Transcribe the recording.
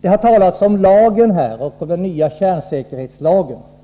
Det har talats om den nya kärnsäkerhetslagen.